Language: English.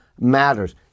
matters